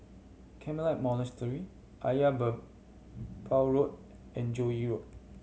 Carmelite Monastery Ayer Merbau Road and Joo Yee Road